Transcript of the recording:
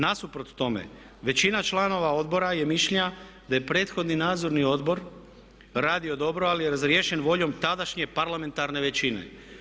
Nasuprot tome većina članova odbora je mišljenja da je prethodni Nadzorni odbor radio dobro, ali je razriješen voljom tadašnje parlamentarne većine.